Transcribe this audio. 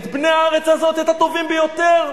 את בני הארץ הזאת, את הטובים ביותר?